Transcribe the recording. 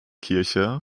kirche